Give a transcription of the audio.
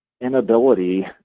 inability